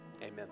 amen